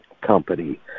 company